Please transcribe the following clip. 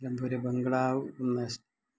Nilambur ബംഗ്ലാവ്